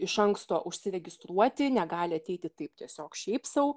iš anksto užsiregistruoti negali ateiti taip tiesiog šiaip sau